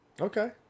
Okay